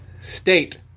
State